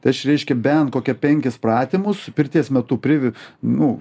tai aš reiškia bent kokia penkis pratimus pirties metu priv nu